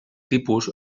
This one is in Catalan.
tipus